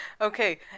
Okay